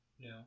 No